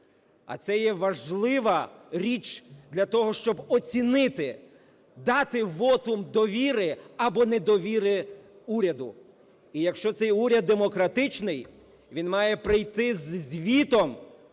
а це є важлива річ для того, щоб оцінити, дати вотум довіри або недовіри уряду. І якщо цей уряд демократичний, він має прийти із звітом